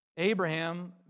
Abraham